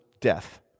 death